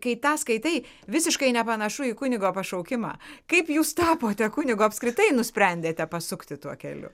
kai tą skaitai visiškai nepanašu į kunigo pašaukimą kaip jūs tapote kunigu apskritai nusprendėte pasukti tuo keliu